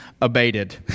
abated